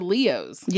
Leos